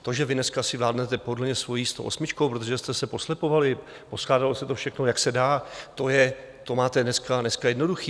To, že vy dneska si vládnete podle mě svojí stoosmičkou, protože jste se poslepovali, poskládalo se to všechno, jak se dá, to je, to máte dneska jednoduché.